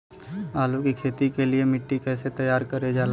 आलू की खेती के लिए मिट्टी कैसे तैयार करें जाला?